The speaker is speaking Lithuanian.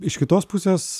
iš kitos pusės